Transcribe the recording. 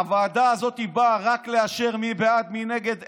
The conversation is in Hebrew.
הוועדה הזאת באה רק לאשר מי בעד, מי נגד.